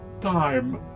time